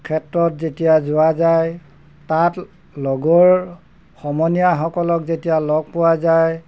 ক্ষেত্ৰত যেতিয়া যোৱা যায় তাত লগৰ সমনীয়াসকলক যেতিয়া লগ পোৱা যায়